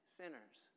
sinners